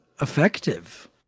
effective